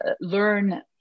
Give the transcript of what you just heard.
learn